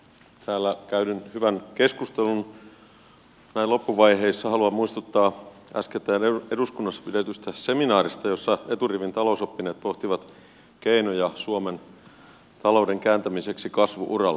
täällä käydyn hyvän keskustelun näin loppuvaiheissa haluan muistuttaa äskettäin eduskunnassa pidetystä seminaarista jossa eturivin talousoppineet pohtivat keinoja suomen talouden kääntämiseksi kasvu uralle